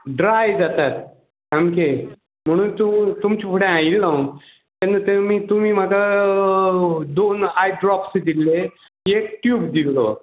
dry जातात सामके म्हणून तूं तुमचे फुडें आयिल्लो तेन्ना ते तुमी म्हाका दोन आय ड्रोप्स दिल्ले एक ट्यूब दिल्लो